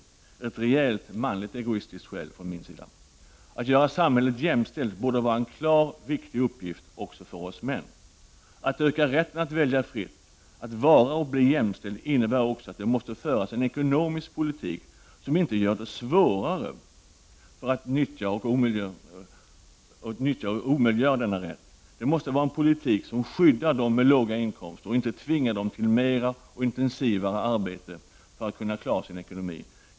Det är ett rejält manligt egoistiskt skäl från min sida. Att göra samhället jämställt borde vara en klart viktig uppgift också för oss män. Att utöka rätten att välja fritt, att vara eller bli jämställd, innebär också att det måste föras en ekonomisk politik som inte gör det svårare när det gäller att nyttja eller möjliggöra denna rätt. Det måste vara en politik som skyddar dem som har låga inkomster och som inte tvingar dessa till mer och intensivare arbete för att kunna klara sin ekonomi.